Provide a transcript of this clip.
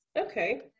Okay